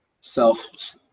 self